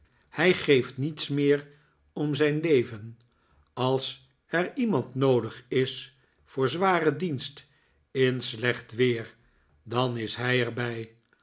hij geeft niets meer om zijn leven als er iemand noodig is voor zwaren dienst in slecht weer dan is hij er